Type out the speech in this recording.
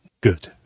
Good